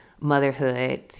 motherhood